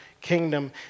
kingdom